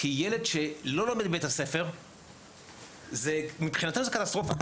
כי ילד שלא לומד בבית הספר זה מבחינתנו זה קטסטרופה.